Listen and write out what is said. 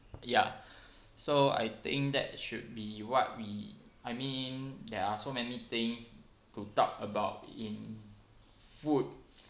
ya so I think that should be [what] we I mean there are so many things to talk about in food